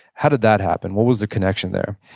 how did that happen? what was the connection there?